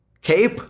Cape